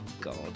God